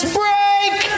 break